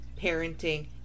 parenting